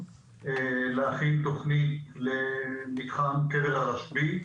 להכין תכנית למתחם קבר הרשב"י.